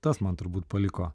tas man turbūt paliko